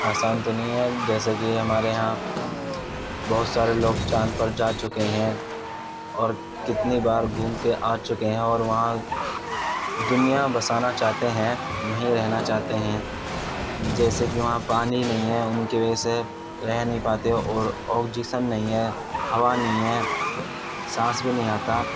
آسان تو نہیں ہے اب جیسے کہ ہمارے یہاں بہت سارے لوگ چاند پر جا چکے ہیں اور کتنی بار گھوم کے آ چکے ہیں اور وہاں دنیا بسانا چاہتے ہیں وہیں رہنا چاہتے ہیں جیسے کہ وہاں پانی نہیں ہے ان کی وجہ رہ نہیں پاتے اور آکسیجن نہیں ہے ہوا نہیں ہے سانس بھی نہیں آتا